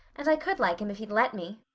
and i could like him if he'd let me.